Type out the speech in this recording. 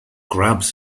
grabs